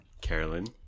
Carolyn